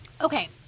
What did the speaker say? Okay